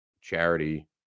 charity